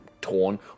torn